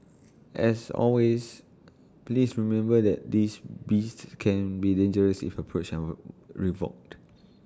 as always please remember that these beasts can be dangerous if approached our revolved